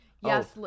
Yes